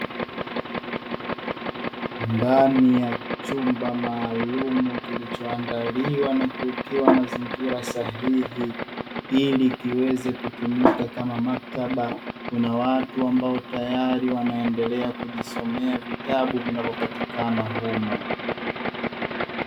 Ndani ya chumba maalumu kilichoandaliwa na kuwekewa mazingira sahihi ili kiweze kutumika kama maktaba kuna watu ambao tayari wanaendelea kujisomea vitabu vinavyopatikana humo.